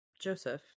Joseph